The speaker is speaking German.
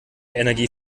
energie